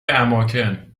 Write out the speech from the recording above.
اماکن